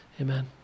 Amen